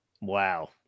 Wow